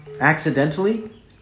accidentally